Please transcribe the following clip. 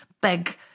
big